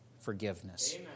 forgiveness